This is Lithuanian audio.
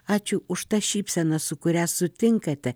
ačiū už tą šypseną su kuria sutinkate